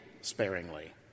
sparingly